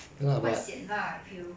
quite sian lah I feel